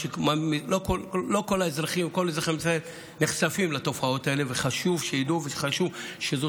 לא כל אזרחי מדינת ישראל נחשפים לתופעות האלה וחשוב שידעו שזו